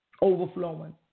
overflowing